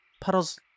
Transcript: Puddles